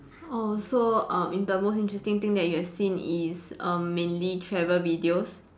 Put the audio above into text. orh so uh in the most interesting thing you have seen is um mainly travel videos